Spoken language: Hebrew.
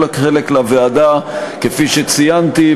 כל חלק לוועדה כפי שציינתי,